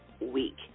week